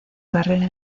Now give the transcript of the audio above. carrera